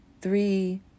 three